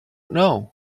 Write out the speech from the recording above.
know